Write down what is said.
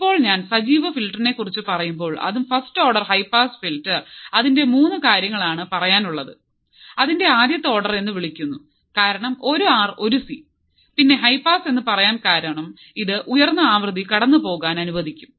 ഇപ്പോൾ ഞാൻ സജീവ ഫിൽട്ടറിനെക്കുറിച്ചു പറയുമ്പോൾ അതും first order high pass filter അതിന്റെ മൂന്ന് കാര്യങ്ങൾ ആണ് പറയാൻ ഉള്ളത് അതിനെ ആദ്യത്തെ ഓർഡർ എന്ന് വിളിക്കുന്നു കാരണം ഒരു ആർ ഒരു സി പിന്നെ ഹൈ പാസ് എന്ന് പറയാൻ കാര്യം ഇത് ഉയർന്ന ആവൃത്തി കടന്നുപോകാൻ അനുവദിക്കും